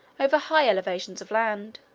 over high elevations of land.